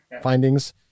findings